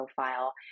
profile